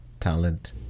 talent